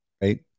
right